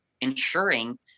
ensuring